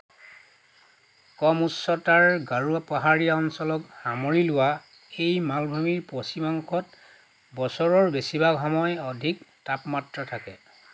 কম উচ্চতাৰ গাৰো পাহাৰীয়া অঞ্চলক সামৰি লোৱা এই মালভূমিৰ পশ্চিম অংশত বছৰৰ বেছিভাগ সময় অধিক তাপমাত্ৰা থাকে